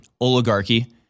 oligarchy